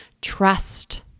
trust